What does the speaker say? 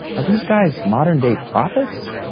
are these guys modern-day prophets?